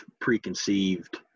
preconceived